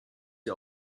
sie